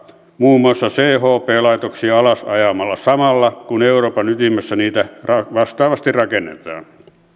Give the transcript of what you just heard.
muun muassa chp laitoksia alas ajamalla samalla kun euroopan ytimessä niitä vastaavasti rakennetaan